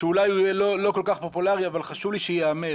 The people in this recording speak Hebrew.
שאולי הוא יהיה לא כל כך פופולארי אבל חשוב שהוא ייאמר.